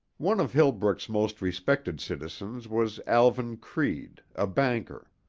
one of hillbrook's most respected citizens was alvan creede, a banker.